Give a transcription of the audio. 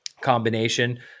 combination